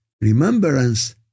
Remembrance